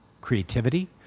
creativity